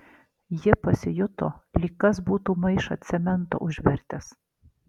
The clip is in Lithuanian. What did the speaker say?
ji pasijuto lyg kas būtų maišą cemento užvertęs